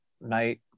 night